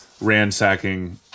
ransacking